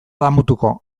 damutuko